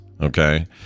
Okay